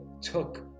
took